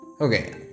Okay